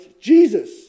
Jesus